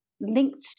linked